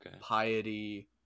piety